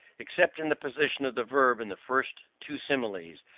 except in the position of the verb in the first two similes,